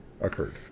occurred